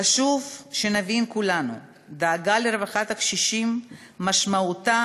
חשוב שנבין כולנו: דאגה לרווחת הקשישים משמעותה